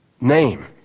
name